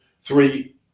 three